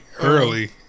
early